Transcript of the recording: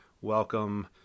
welcome